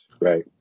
Right